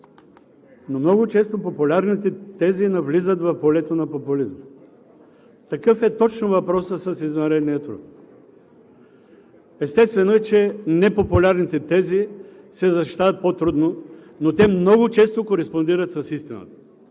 Много често обаче популярните тези навлизат в полето на популизма. Такъв точно е въпросът с извънредния труд. Естествено е, че непопулярните тези се защитават по-трудно, но те много често кореспондират с истината.